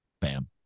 Bam